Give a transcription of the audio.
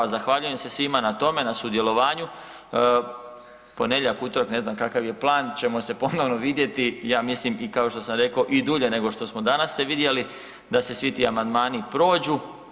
Zahvaljujem se svima na tome, na sudjelovanju, ponedjelja, utorak, ne znam kakav je plan ćemo se ponovno vidjeti, ja mislim i kao što sam rekao i dulje nego što smo danas se vidjeli, da se svi ti amandmani prođu.